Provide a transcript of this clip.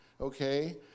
okay